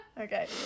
Okay